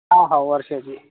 हा हा वर्षाची